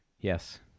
Yes